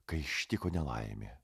kai ištiko nelaimė